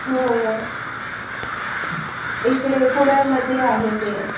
हो इकडे कुडाळमध्ये आहे ते